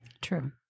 True